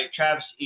Travis